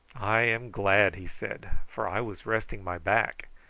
i am glad, he said, for i was resting my back.